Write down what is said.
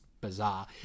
bizarre